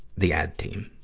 the ad team,